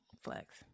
Flex